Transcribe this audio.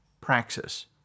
praxis